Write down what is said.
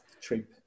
trip